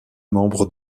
membre